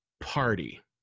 party